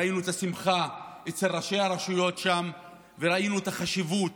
ראינו את השמחה אצל ראשי הרשויות שם וראינו את החשיבות